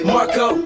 Marco